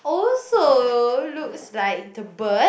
also looks like the bird